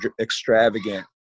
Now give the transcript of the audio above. extravagant